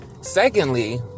secondly